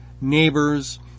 neighbors